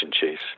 Chase